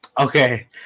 Okay